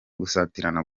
gusatirana